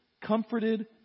comforted